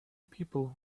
people